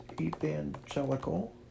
evangelical